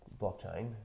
blockchain